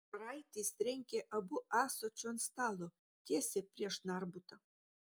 karaitis trenkė abu ąsočiu ant stalo tiesiai prieš narbutą